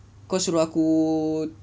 kau suruh aku